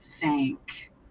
thank